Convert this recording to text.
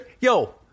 yo